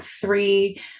three